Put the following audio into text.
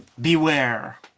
Beware